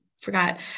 forgot